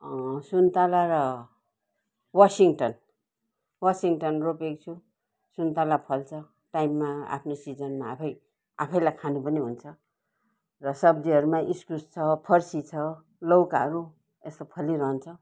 सुन्ताला र Washington Washington रोपेको छु सुन्तला फल्छ टाइममा आफ्नो सिजनमा आफै आफैलाई खानु पनि हुन्छ र सब्जीहरूमा इस्कुस छ फर्सी छ लौकाहरू यस्तो फलिरहन्छ